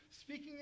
speaking